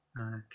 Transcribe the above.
Okay